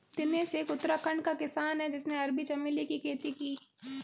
दिनेश एक उत्तराखंड का किसान है जिसने अरबी चमेली की खेती की